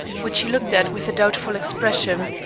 which he looked at with a doubtful expression.